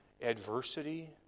Adversity